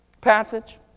Passage